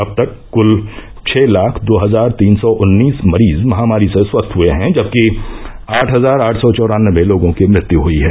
अब तक कुल छः लाख दो हजार तीन सौ उन्नीस मरीज महामारी से स्वस्थ हुए हैं जबकि आठ हजार आठ सौ चौरानबे लोगों की मृत्यु हुयी है